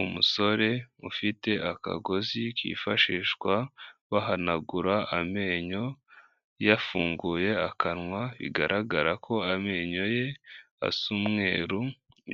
Umusore ufite akagozi kifashishwa bahanagura amenyo, yafunguye akanwa bigaragara ko amenyo ye asa umweru,